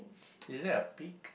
is there a pig